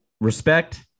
Respect